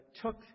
took